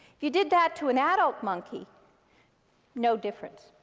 if you did that to an adult monkey no difference.